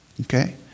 Okay